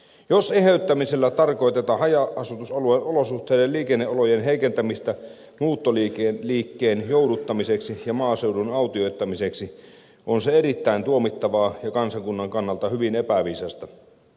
jos eheyttämisellä tarkoitetaan haja asutusalueen olosuhteiden ja liikenneolojen heikentämistä muuttoliikkeen jouduttamiseksi ja maaseudun autioittamiseksi on se erittäin tuomittavaa ja kansakunnan kannalta hyvin epäviisasta